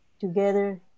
together